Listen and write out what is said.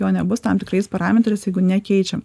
jo nebus tam tikrais parametrais jeigu ne keičiam